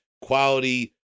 Quality